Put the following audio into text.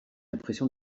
l’impression